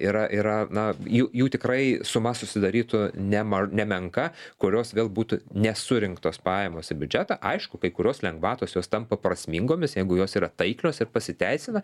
yra yra na jų jų tikrai suma susidarytų nema nemenka kurios vėl būtų nesurinktos pajamos į biudžetą aišku kai kurios lengvatos jos tampa prasmingomis jeigu jos yra taiklios ir pasiteisina